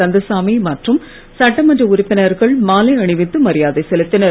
கந்தசாமி மற்றும் சட்டமன்ற உறுப்பினர்கள் மாலை அணிவித்து மரியாதை செலுத்தினர்